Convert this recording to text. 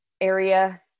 area